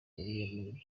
kuri